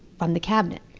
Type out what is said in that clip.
from the cabinet.